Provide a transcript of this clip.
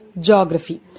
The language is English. geography